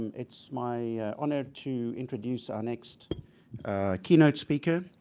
it's my honor to introduce our next keynote speaker,